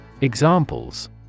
Examples